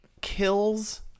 kills